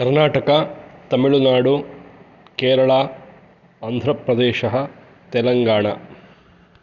कर्णाटका तमिलुनाडु केरला आन्ध्रप्रदेशः तेलङ्गाणा